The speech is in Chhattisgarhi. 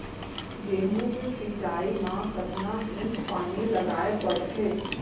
गेहूँ के सिंचाई मा कतना इंच पानी लगाए पड़थे?